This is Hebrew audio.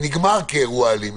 נגמר כאירוע אלים,